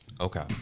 okay